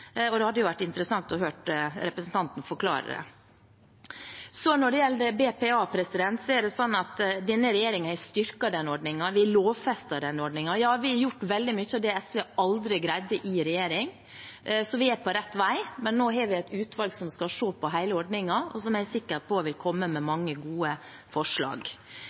og det hadde vært interessant å høre representanten forklare det. Når det gjelder BPA, har denne regjeringen styrket ordningen. Vi lovfestet den ordningen. Ja, vi har gjort veldig mye av det SV aldri greide i regjering, så vi er på rett vei. Men nå har vi et utvalg som skal se på hele ordningen, og som jeg er sikker på vil komme med mange gode forslag.